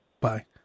Bye